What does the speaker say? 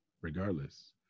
regardless